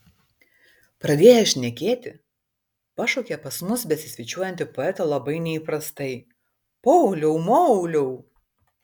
pradėjęs šnekėti pašaukė pas mus besisvečiuojantį poetą labai neįprastai pauliau mauliau